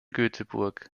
göteborg